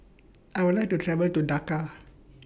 I Would like to travel to Dhaka